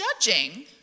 judging